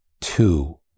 two